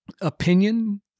opinion